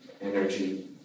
energy